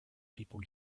people